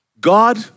God